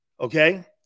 Okay